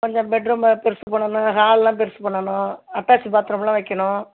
கொஞ்சம் பெட்ரூமை பெருசு பண்ணணும் ஹால்லாம் பெருசு பண்ணணும் அட்டாச்சு பாத்ரூமெல்லாம் வைக்கணும்